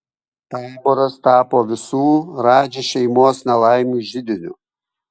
taboras tapo visų radži šeimos nelaimių židiniu